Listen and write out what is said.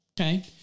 okay